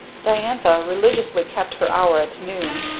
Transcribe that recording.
diantha religiously kept her hour at noon,